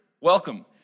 Welcome